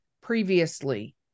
previously